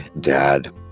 Dad